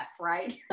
right